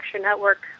Network